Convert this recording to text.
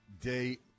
day